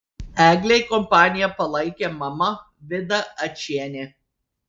eglei kompaniją palaikė mama vida ačienė